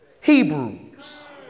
Hebrews